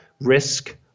risk